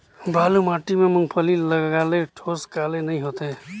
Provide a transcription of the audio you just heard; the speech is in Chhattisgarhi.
बालू माटी मा मुंगफली ला लगाले ठोस काले नइ होथे?